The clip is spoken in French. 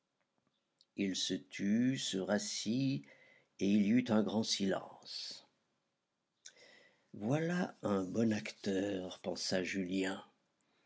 il se tut se rassit et il y eut un grand silence voilà un bon acteur pensa julien